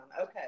Okay